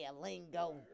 lingo